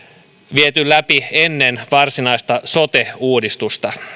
viety läpi ennen varsinaista sote uudistusta